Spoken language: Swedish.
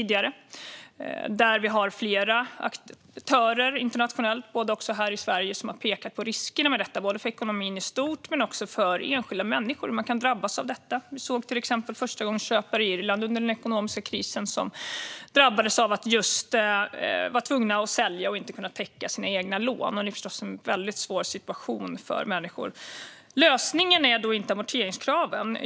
Det är flera aktörer internationellt och i Sverige som har pekat på riskerna med den, både för ekonomin i stort och för enskilda människor. Man kan drabbas av detta. Vi såg till exempel förstagångsköpare i Irland som under den ekonomiska krisen drabbades av att vara tvungna att sälja och inte kunna täcka sina egna lån. Det är förstås en väldigt svår situation för människor. Lösningen är då inte amorteringskraven.